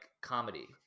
comedy